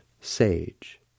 sage